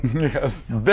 Yes